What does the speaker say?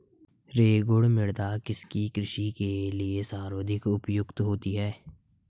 रेगुड़ मृदा किसकी कृषि के लिए सर्वाधिक उपयुक्त होती है?